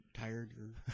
tired